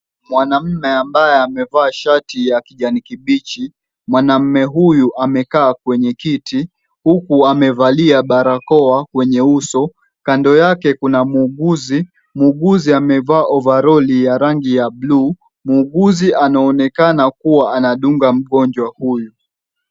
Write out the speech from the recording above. Mwanamume ambaye amevaa shati ya kijani kibichi. Mwanamume huyu amekaa kwenye kiti huku amevalia barakoa kwenye uso. Kando yake kuna muuguzi. Muuguzi amevaa ovaroli ya rangi ya blue . Muuguzi anaonekana kuwa anadunga mgonjwa huyu.